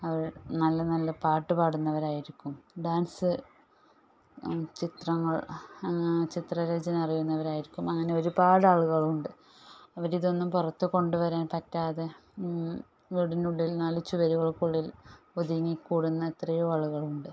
അവർ നല്ല നല്ല പാട്ടുപാടുന്നവരായിരിക്കും ഡാൻസ് ചിത്രങ്ങൾ ചിത്ര രചന അറിയുന്നവരായിരിക്കും അങ്ങനെ ഒരുപാട് ആളുകളുണ്ട് അവരിതൊന്നും പുറത്തു കൊണ്ടുവരാൻ പറ്റാതെ വീടിനുള്ളിൽ നാല് ചുമരുകൾക്കുള്ളിൽ ഒതുങ്ങി കൂടുന്ന എത്രയോ ആളുകളുണ്ട്